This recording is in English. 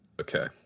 Okay